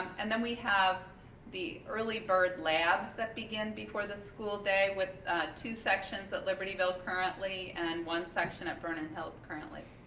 and then we have the early bird labs that begin before the school day with two sections that libertyville currently, and one section at vernon hills currently.